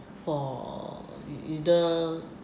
for either